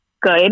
good